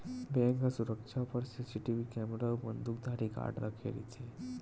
bank ह सुरक्छा बर सीसीटीवी केमरा अउ बंदूकधारी गार्ड राखे रहिथे